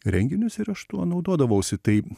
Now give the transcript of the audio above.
renginius ir aš tuo naudodavausi tai